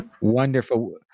Wonderful